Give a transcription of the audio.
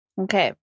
Okay